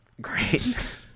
Great